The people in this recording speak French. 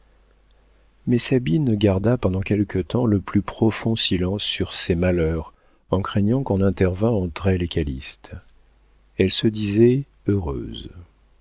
mais sabine garda pendant quelque temps le plus profond silence sur ses malheurs en craignant qu'on n'intervînt entre elle et calyste elle se disait heureuse